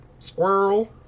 Squirrel